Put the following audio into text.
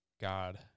God